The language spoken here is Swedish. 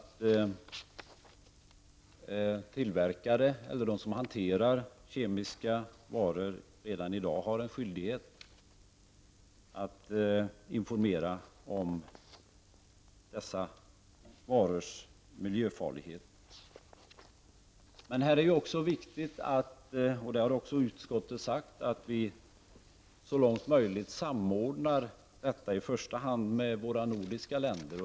Tillverkare och de som hanterar kemiska varor har redan i dag skyldighet att informera om dessa varors miljöfarlighet. Här är det viktigt -- det har också utskottet sagt -- att vi så långt möjligt samordnar detta i första hand med våra nordiska grannar.